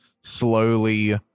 slowly